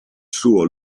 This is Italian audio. suo